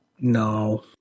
No